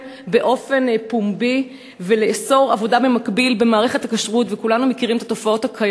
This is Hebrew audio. באופן פומבי ולאסור עבודה במקביל במערכת הכשרות.